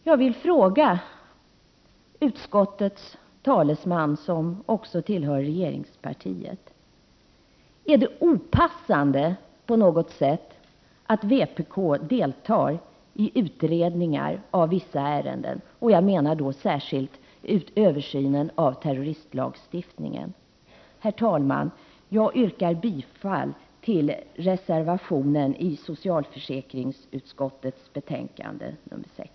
Jag vill fråga utskottets talesman, som också tillhör regeringspartiet: Är det på något sätt opassande att vpk deltar i utredningar i vissa ärenden? Jag menar då särskilt översynen av terroristlagstiftningen. Herr talman! Jag yrkar bifall till reservationen i socialförsäkringsutskottets betänkande 6.